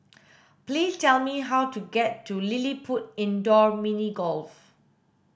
please tell me how to get to LilliPutt Indoor Mini Golf